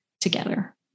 together